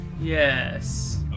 Yes